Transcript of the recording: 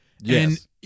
Yes